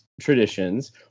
traditions